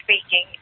speaking